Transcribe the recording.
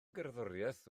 gerddoriaeth